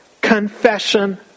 confession